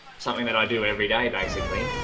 something that i do every day basically.